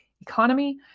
economy